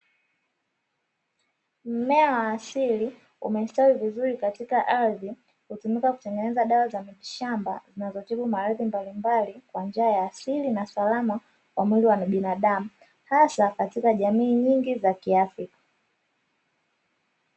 Mmea wa asili umestawi vizuri katika ardhi, hutumika kutengeneza dawa za mitishamba na kutibu maradhi mbalimbali, kwa njia ya asili na salama kwa mwili wa binadamu hasa katika jamii nyingi za Kiafrika.